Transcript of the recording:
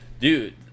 Dude